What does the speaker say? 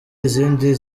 izindi